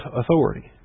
authority